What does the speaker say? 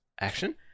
action